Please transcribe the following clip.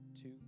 Two